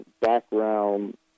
background